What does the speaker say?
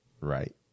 Right